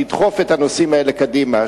לדחוף את הנושאים האלה קדימה,